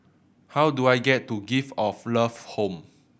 how do I get to Gift of Love Home